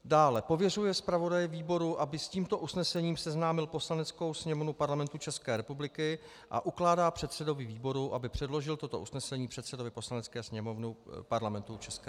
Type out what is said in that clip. dále pověřuje zpravodaje výboru, aby s tímto usnesením seznámil Poslaneckou sněmovnu Parlamentu ČR, a ukládá předsedovi výboru, aby předložil toto usnesení předsedovi Poslanecké sněmovny Parlamentu ČR.